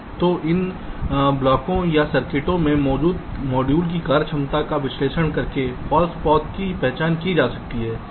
तो इन ब्लॉकों या सर्किट में मौजूद मॉड्यूल की कार्यक्षमता का विश्लेषण करके फॉल्स पाथ की पहचान की जा सकती है